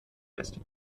beste